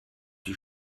die